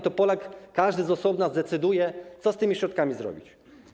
To Polak, każdy z osobna zdecyduje, co z tymi środkami zrobić.